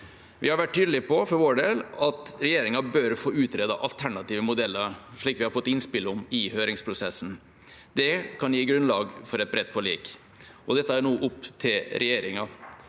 vår del vært tydelige på at regjeringa bør få utredet alternative modeller, slik vi har fått innspill om i høringsprosessen. Det kan gi grunnlag for et bredt forlik. Dette er nå opp til regjeringa.